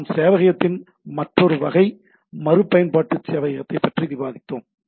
நாம் சேவையகத்தின் மற்றொரு வகை மறுபயன்பாட்டு சேவையகத்தைப் பற்றி விவாதித்தோம்